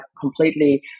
completely